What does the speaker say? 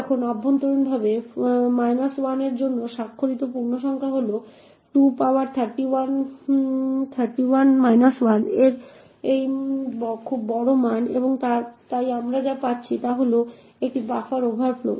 এখন অভ্যন্তরীণভাবে 1 এর জন্য স্বাক্ষরিত পূর্ণসংখ্যা হল 2 পাওয়ার 31 1 এর এই খুব বড় মান এবং তাই আমরা যা পাচ্ছি তা হল একটি বাফার ওভারফ্লো